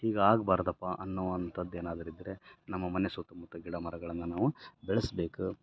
ಹೀಗೆ ಆಗಬಾರ್ದಪ್ಪ ಅನ್ನೋ ಅಂಥದ್ದು ಏನಾದ್ರೂ ಇದ್ದರೆ ನಮ್ಮ ಮನೆ ಸುತ್ತಮುತ್ತ ಗಿಡ ಮರಗಳನ್ನು ನಾವು ಬೆಳೆಸ್ಬೇಕು